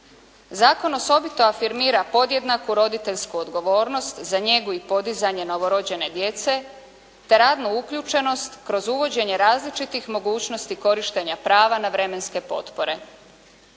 Zakon osobito afirmira podjednaku roditeljsku odgovornost za njegu i podizanje novorođene djece, te radnu uključenost kroz uvođenje različitih mogućnosti korištenja prava na vremenske potpore.